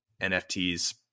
NFTs